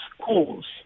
schools